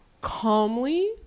calmly